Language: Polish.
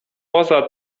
poza